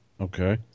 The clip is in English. Okay